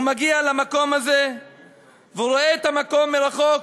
הוא מגיע למקום הזה והוא רואה את המקום מרחוק,